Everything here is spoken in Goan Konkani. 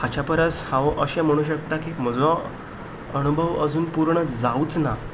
हाचे परस हांव अशें म्हणूं शकता की म्हजो अणभव अजून पूर्ण जावंच ना